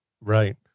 Right